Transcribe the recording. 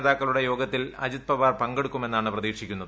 നേതാക്കളുടെ യോഗത്തിൽ അജിത് പവാർ പങ്കെടുക്കുമെന്നാണ് പ്രതീക്ഷിക്കുന്നത്